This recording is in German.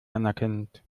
anerkennend